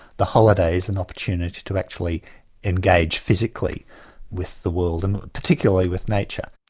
the holiday is an opportunity to actually engage physically with the world, and particularly with nature.